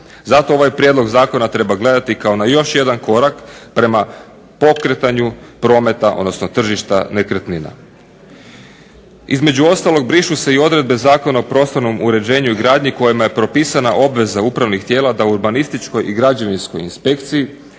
Zato ovaj prijedlog zakona treba gledati kao na još jedan korak prema pokretanju prometa, odnosno tržišta nekretnina. Između ostalog brišu se i odredbe Zakona o prostornom uređenju i gradnji kojima je propisana obveza upravnih tijela da urbanističkoj i građevinskoj inspekciji